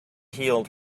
healed